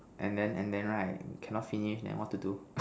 and then and then right cannot finish then what to do